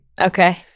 Okay